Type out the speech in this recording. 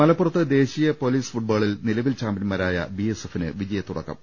മലപ്പുറത്ത് ദേശീയ പൊലീസ് ഫുട്ബോളിൽ നിലവിൽ ചാമ്പ്യന്മാരായ ബിഎസ്എഫിന് വിജയത്തുടക്കം